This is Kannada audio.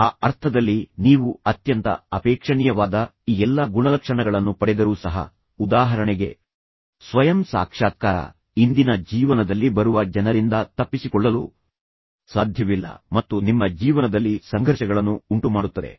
ಆ ಅರ್ಥದಲ್ಲಿ ನೀವು ಅತ್ಯಂತ ಅಪೇಕ್ಷಣೀಯವಾದ ಈ ಎಲ್ಲಾ ಗುಣಲಕ್ಷಣಗಳನ್ನು ಪಡೆದರೂ ಸಹ ಉದಾಹರಣೆಗೆಃ ಸ್ವಯಂ ಸಾಕ್ಷಾತ್ಕಾರ ನಿಮ್ಮ ಇಂದಿನ ಜೀವನದಲ್ಲಿ ಬರುವ ಜನರಿಂದ ನೀವು ತಪ್ಪಿಸಿಕೊಳ್ಳಲು ಸಾಧ್ಯವಿಲ್ಲ ಮತ್ತು ನಿಮ್ಮ ಜೀವನದಲ್ಲಿ ಸಂಘರ್ಷಗಳನ್ನು ಉಂಟುಮಾಡುತ್ತದೆ